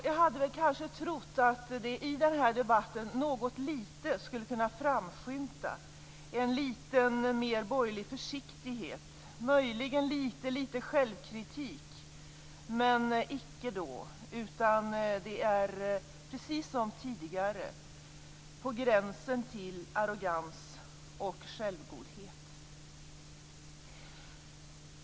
Jag hade kanske trott att det i den här debatten något skulle kunna framskymta litet mer borgerlig försiktighet och möjligen litet självkritik - men icke då. Det är precis som tidigare på gränsen till arrogans och självgodhet.